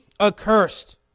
accursed